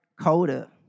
Coda